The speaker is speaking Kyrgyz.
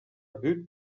бүт